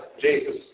Jesus